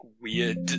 weird